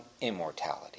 immortality